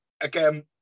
again